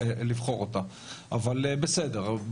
אבל בסדר,